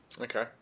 Okay